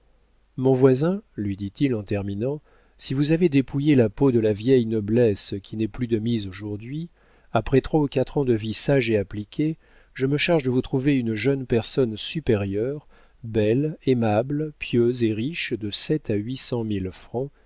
mon voisin lui dit-il en terminant si vous avez dépouillé la peau de la vieille noblesse qui n'est plus de mise aujourd'hui après trois ou quatre ans de vie sage et appliquée je me charge de vous trouver une jeune personne supérieure belle aimable pieuse et riche de sept à huit cent mille francs